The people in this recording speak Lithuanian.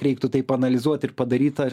reiktų taip analizuoti ir padaryt ar